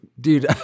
dude